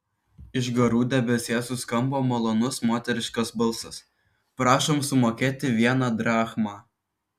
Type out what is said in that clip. iš garų debesies suskambo malonus moteriškas balsas prašom sumokėti vieną drachmą